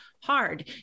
hard